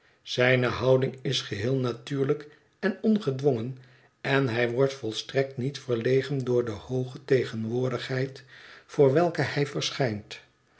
zijne houding is geheel natuurlijk en ongedwongen en hij wordt volstrekt niet verlegen door de hooge tegenwoordigheid voor welke hij verschijnt